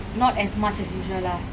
not as much as usual lah